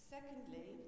Secondly